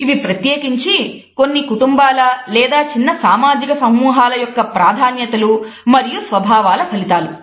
ఇవి ప్రత్యేకించి కొన్ని కుటుంబాల లేదా చిన్న సామాజిక సమూహాల యొక్క ప్రాధాన్యతల మరియు స్వభావాల ఫలితాలు